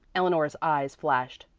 eleanor's eyes flashed.